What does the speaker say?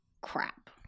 crap